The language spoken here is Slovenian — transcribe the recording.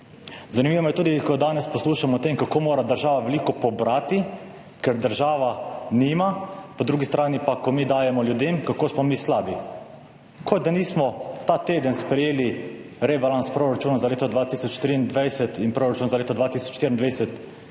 Zanimivo je tudi, ko danes poslušamo o tem, kako mora država veliko pobrati, ker država nima, po drugi strani pa, ko mi dajemo ljudem, kako smo mi slabi. Kot da nismo ta teden sprejeli rebalans proračuna za leto 2023 in proračun za leto 2024,